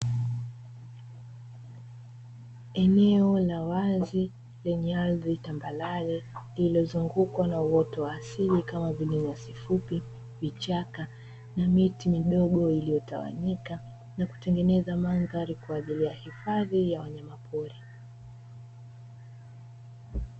Eneo la wazi lenye ardhi tambarare lililozungukwa na uoto wa asili kama vile nyasi fupi, vichaka na miti midogo iliyotawanyika, na kutengeneza mandhari kwa ajili ya hifadhi ya wanyamapori.